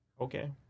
Okay